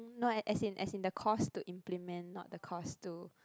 not as in as in the cost to implement not the cost to